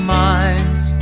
minds